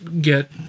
get